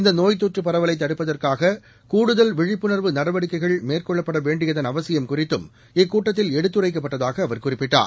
இந்தநோய் தொற்றுபரவலைதடுப்பதற்காககூடுதல் விழிப்புணர்வு நடவடிக்ககைள் மேற்கொள்ளப்பட்டவேண்டியதன் அவசியம் குறித்தும் இக்கூட்டத்தில் எடுத்துரைக்ககப்பட்டதாகஅவர் குறிப்பிட்டார்